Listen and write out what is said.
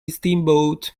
steamboat